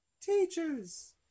teachers